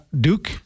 Duke